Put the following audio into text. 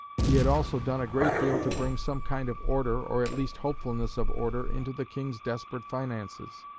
he had also done a great deal to bring some kind of order, or at least hopefulness of order, into the king's desperate finances.